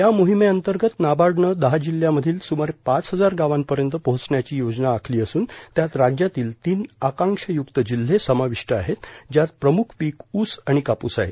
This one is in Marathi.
या मोहिमे अंतर्गत नाबार्डने दहा जिल्ह्यामधील सुमारे पाच हजार गावांपर्यत पोहोचण्याची योजना आखली असून त्यात राज्यातील तीन आकांक्षायुक्त जिल्हे समाविष्ट आहेत ज्यात प्रमुख पीक ऊस आणि कापूस आहे